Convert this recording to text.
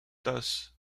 thus